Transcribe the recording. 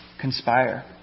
conspire